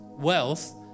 wealth